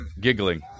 Giggling